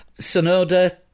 Sonoda